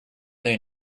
they